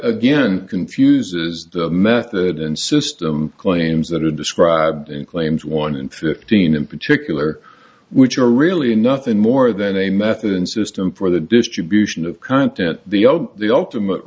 again confuses the method and system claims that are described in claims one in fifteen in particular which are really nothing more than a method and system for the distribution of content the all the ultimate